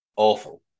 Awful